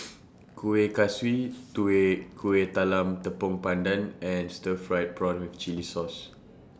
Kueh Kaswi Kueh Kalam Tepong Pandan and Stir Fried Prawn with Chili Sauce